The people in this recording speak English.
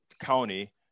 county